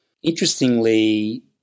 Interestingly